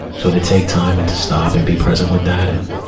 so to take time and to stop and be present with that and,